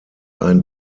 ein